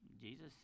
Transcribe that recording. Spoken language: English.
jesus